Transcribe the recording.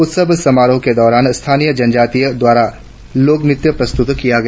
उत्सव समारोह के दौरान स्थानीय जनजातियों द्वारा लोकनृत्य प्रस्तुत किया गया